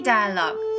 Dialogue